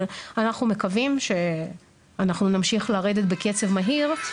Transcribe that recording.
אבל אנחנו מקווים שאנחנו נמשיך לרדת בקצב מהיר.